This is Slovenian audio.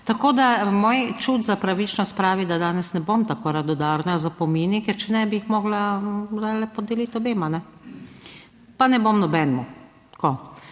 Tako da moj čut za pravičnost pravi, da danes ne bom tako radodarna z opomini, ker če ne bi jih mogla podeliti obema, ne pa ne bom nobenemu.